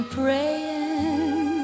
praying